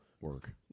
work